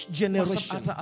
generation